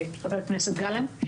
חבר הכנסת גלנט.